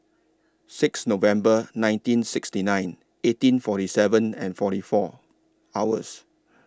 six November nineteen sixty nine eighteen forty seven and forty four hours